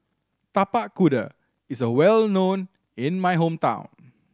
Tapak Kuda is well known in my hometown